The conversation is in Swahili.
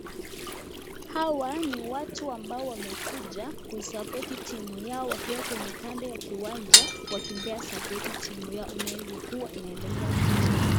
Hawa ni watu ambao wamekuja kusapoti timu yao wakiwa kwenye kando ya uwanja wakimpea supotitimu yao inayo kuwa inaelekea kucheza.